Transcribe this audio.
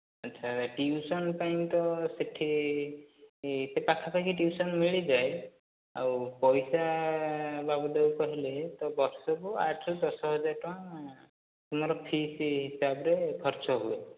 ଆଛା ଟିଉସନ୍ ପାଇଁ ତ ସେଠି ସେ ପାଖାପାଖି ଟିଉସନ୍ ମିଳିଯାଏ ଆଉ ପଇସା ବାବଦକୁ କହିଲେ ତ ବର୍ଷକୁ ଆଠରୁ ଦଶ ହଜାର ଟଙ୍କା ଆମର ଫିସ୍ ହିସାବରେ ଖର୍ଚ୍ଚ ହୁଏ